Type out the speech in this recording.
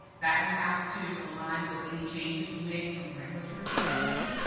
that will have to align with any changes we make from regulatory standpoint.